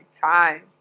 time